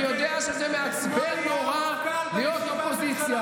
אני יודע שזה מעצבן נורא לשמוע את האמת.